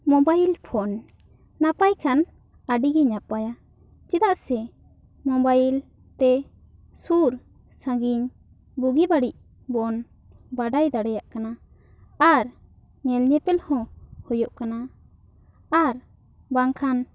mobile phone ᱱᱟᱯᱟᱭ ᱠᱷᱟᱱ ᱟᱹᱰᱤ ᱜᱮ ᱱᱟᱯᱟᱭᱟ ᱪᱮᱫᱟᱜ ᱥᱮ ᱢᱚᱵᱟᱭᱤᱞ ᱛᱮ ᱥᱩᱨ ᱥᱟ ᱜᱤᱧ ᱵᱩᱜᱤ ᱵᱟᱹᱲᱤᱡ ᱵᱚᱱ ᱵᱟᱲᱟᱭ ᱫᱟᱲᱮᱭᱟᱜ ᱠᱟᱱᱟ ᱟᱨ ᱧᱮᱞ ᱧᱮᱯᱮᱞ ᱦᱚᱸ ᱦᱩᱭᱩᱜ ᱠᱟᱱᱟ ᱟᱨ ᱵᱟᱝ ᱠᱷᱟᱱ